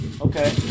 Okay